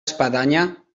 espadanya